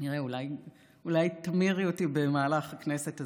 נראה, אולי תמירי אותי במהלך הכנסת הזאת.